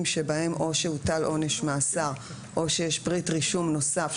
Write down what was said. בהם או שהוטל עונש מאסר או שיש פריט רישום נוסף,